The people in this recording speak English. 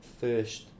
first